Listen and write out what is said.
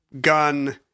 gun